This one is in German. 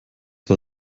war